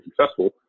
successful